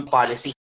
policy